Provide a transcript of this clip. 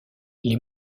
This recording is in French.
les